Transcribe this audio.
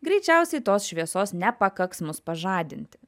greičiausiai tos šviesos nepakaks mus pažadinti